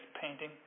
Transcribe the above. painting